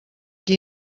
qui